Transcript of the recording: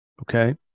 okay